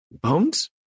Bones